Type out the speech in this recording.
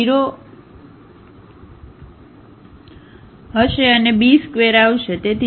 પણ આ 0 હશે અને b² આવશે